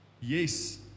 Yes